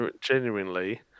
genuinely